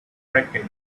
wreckage